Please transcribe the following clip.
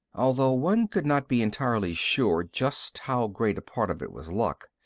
although one could not be entirely sure just how great a part of it was luck.